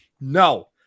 no